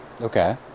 Okay